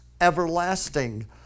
everlasting